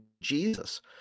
Jesus